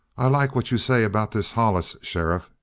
i like what you say about this hollis, sheriff,